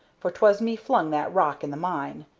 for twas me flung that rock in the mine.